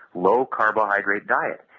low carbohydrate diet,